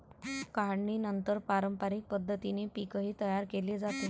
काढणीनंतर पारंपरिक पद्धतीने पीकही तयार केले जाते